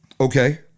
Okay